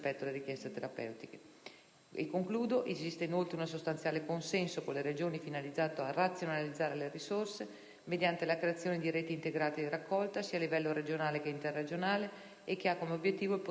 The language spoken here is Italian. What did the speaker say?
terapeutiche. Esiste, inoltre, un sostanziale consenso con le Regioni, finalizzato a razionalizzare le risorse mediante la creazione di reti integrate di raccolta sia a livello regionale sia interregionale, e che ha come obiettivo il potenziamento delle banche già attive.